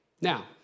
Now